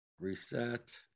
Reset